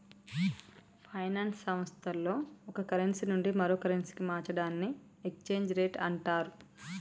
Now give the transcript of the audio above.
finance సంస్థల్లో ఒక currency నుండి మరో కరెన్సీకి మార్చడాన్ని ఎక్స్చేంజ్ రేట్ అంటరు